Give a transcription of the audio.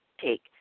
take